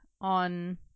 on